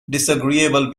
disagreeable